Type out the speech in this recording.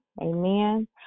Amen